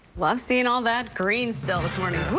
love seeing all that green still this morning.